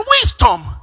Wisdom